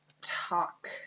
talk